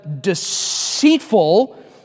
deceitful